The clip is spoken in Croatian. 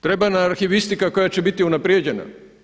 Treba nam arhivistika koja će biti unaprijeđena.